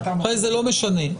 זה לא משנה.